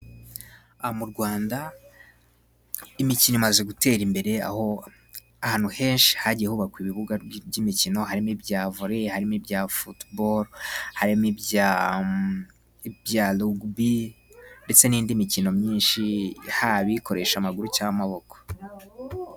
Aha mu Rwanda ,imikino imaze gutera imbere. Aho ahantu henshi hagiye hubakwa ibibuga by'imikino. Harimo ibya volley, harimo ibya football ,harimo ibya rugubi ndetse n'indi mikino myinshi. Habi ikoresha amaguru cyangwa amaboko.